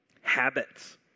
habits